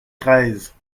treize